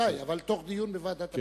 ודאי, אבל תוך כדי דיון בוועדת הפנים.